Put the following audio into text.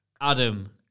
Adam